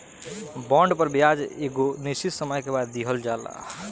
bond पर ब्याज एगो निश्चित समय के बाद दीहल जाला